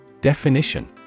Definition